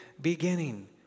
beginning